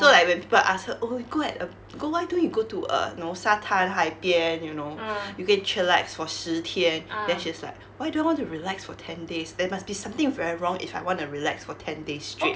so like when people ask her oh you go at a oh why don't you go to a 沙滩海边 you know you go and chillax for 十天 then she's like why do I want to relax for ten days there must be something very wrong if I wanna relax for ten days straight